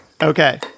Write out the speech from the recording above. Okay